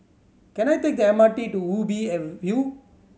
can I take the M R T to Ubi View